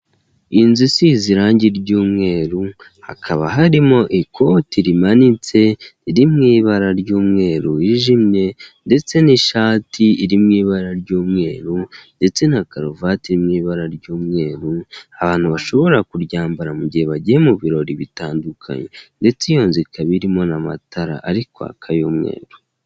Inzu isize irangi ry'umweru, hakaba harimo ikoti rimanitse riri mu ibara ry'umweru wijimye ndetse n'ishati iri mu ibara ry'umweru. Ndetse na karuvati iri mu ibara ry'umweru, abantu bashobora kuryambara mu gihe bagiye mu birori bitandukanye. Ndetse iyo nzu ikaba irimo n'amatara ari kwaka y'umweru.